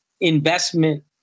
investment